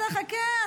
חכה,